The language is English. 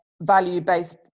value-based